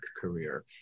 career